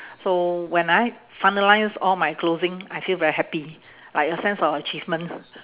so when I finalise all my closing I feel very happy like a sense of achievement